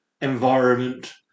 environment